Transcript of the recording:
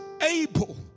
able